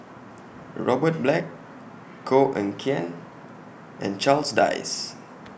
Robert Black Koh Eng Kian and Charles Dyce